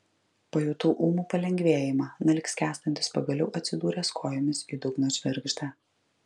pajutau ūmų palengvėjimą na lyg skęstantis pagaliau atsidūręs kojomis į dugno žvirgždą